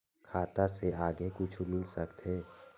खाता से आगे कुछु मिल सकथे?